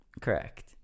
correct